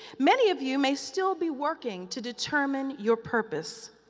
many of you may still be working to determine your purpose.